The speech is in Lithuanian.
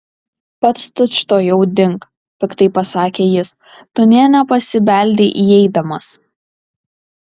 pats tučtuojau dink piktai pasakė jis tu nė nepasibeldei įeidamas